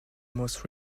most